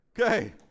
Okay